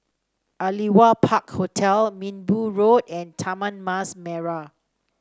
Aliwal Park Hotel Minbu Road and Taman Mas Merah